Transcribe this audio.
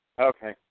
Okay